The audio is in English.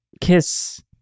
kiss